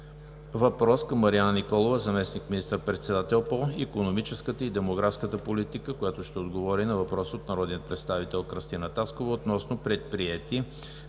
Въпрос към Марияна Николова – заместник министър- председател по икономическата и демографската политика, която ще отговори на въпрос от народния представител Кръстина Таскова, относно предприети